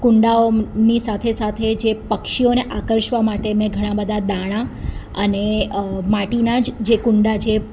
કુંડાઓની સાથે સાથે જે પક્ષીઓને આકર્ષવા માટે મેં ઘણા બધા દાણા અને માટીના જ જે કુંડા છે એ